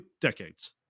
decades